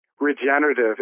regenerative